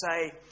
say